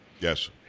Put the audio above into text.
Yes